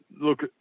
look